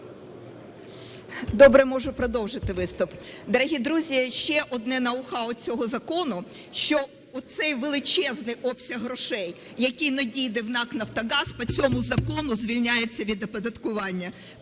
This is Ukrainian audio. Добре, можу продовжити виступ. Дорогі друзі, одне ноу-хау цього закону, що оцей величезний обсяг грошей, який надійде в НАК "Нафтогаз", по цьому закону звільняється від оподаткування,